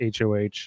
hoh